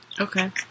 Okay